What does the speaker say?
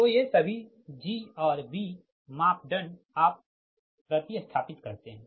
तो ये सभी G और B मापदंड आप प्रति स्थापित करते है